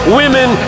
women